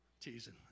Teasing